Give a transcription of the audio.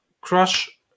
crush